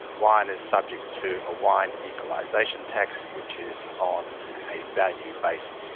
wine is subject to a wine equalisation tax which is on a value basis.